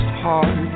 heart